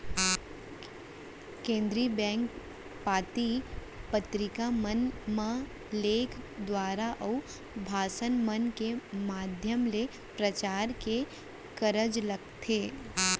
केनदरी bank पाती पतरिका मन म लेख दुवारा, अउ भासन मन के माधियम ले परचार के कारज करथे